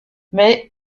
mais